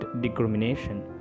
discrimination